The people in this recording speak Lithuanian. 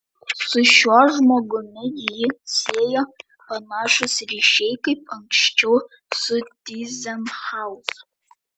su šiuo žmogumi jį siejo panašūs ryšiai kaip anksčiau su tyzenhauzu